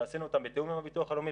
ועשינו אותם בתאום עם הביטוח הלאומי,